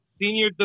Senior